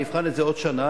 אני אבחן את זה בעוד שנה,